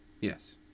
Yes